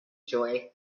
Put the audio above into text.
joy